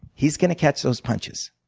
he's gonna catch those punches.